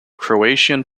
croatian